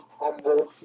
humble